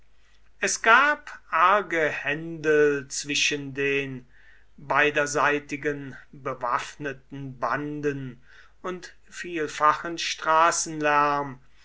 es gab arge händel zwischen den beiderseitigen bewaffneten banden und vielfachen straßenlärm